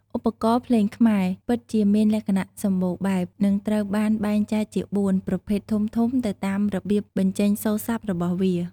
ឧបករណ៍ភ្លេងខ្មែរ ពិតជាមានលក្ខណៈសម្បូរបែប និងត្រូវបានបែងចែកជា ៤ ប្រភេទធំៗទៅតាមរបៀបបញ្ចេញសូរស័ព្ទរបស់វា។